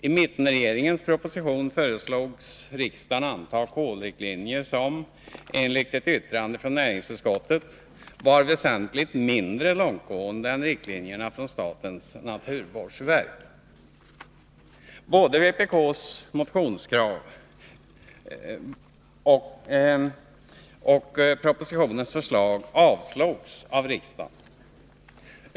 I mittenregeringens proposition föreslogs riksdagen antaga kolriktlinjer som, enligt ett yttrande från näringsutskottet, var väsentligt mindre långtgående än riktlinjerna från statens naturvårdsverk. Både vpk:s motionskrav och propositionens förslag avslogs av riksdagen.